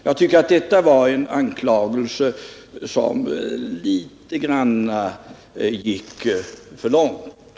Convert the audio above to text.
Jag tycker att fru af Ugglas anklagelse gick litet för långt.